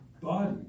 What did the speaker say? body